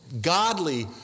godly